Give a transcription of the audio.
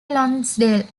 lonsdale